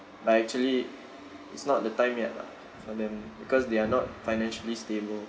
but actually it's not the time yet lah for them because they are not financially stable